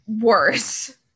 worse